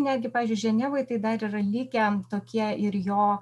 netgi pavyzdžiui ženevoj tai dar yra likę tokie ir jo